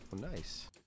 Nice